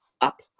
up